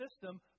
system